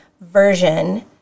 version